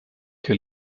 que